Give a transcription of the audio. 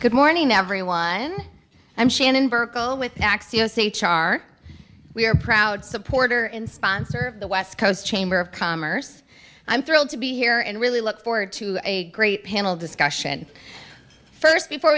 good morning everyone i'm shannon birchall with tax us h r we're proud supporter and sponsor of the west coast chamber of commerce i'm thrilled to be here and really look forward to a great panel discussion first before